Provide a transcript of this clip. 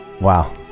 Wow